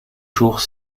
jours